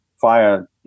fire